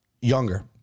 younger